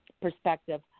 perspective